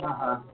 हा हा